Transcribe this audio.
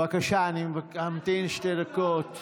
בבקשה, אני אמתין שתי דקות.